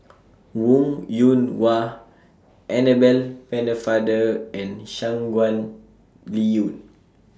Wong Yoon Wah Annabel Pennefather and Shangguan Liuyun